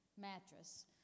mattress